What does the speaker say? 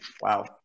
Wow